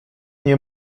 nie